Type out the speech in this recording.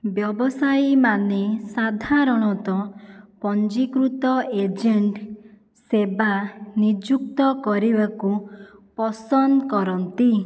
ବ୍ୟବସାୟୀମାନେ ସାଧାରଣତଃ ପଞ୍ଜୀକୃତ ଏଜେଣ୍ଟ ସେବା ନିଯୁକ୍ତ କରିବାକୁ ପସନ୍ଦ କରନ୍ତି